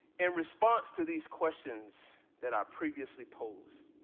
in response to these questions that are previously posed,